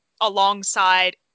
alongside